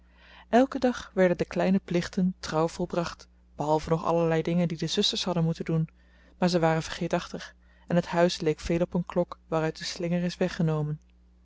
elken dag werden de kleine plichten trouw volbracht behalve nog allerlei dingen die de zusters hadden moeten doen maar ze waren vergeetachtig en het huis leek veel op een klok waaruit de slinger is weggenomen